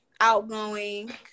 Outgoing